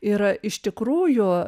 ir iš tikrųjų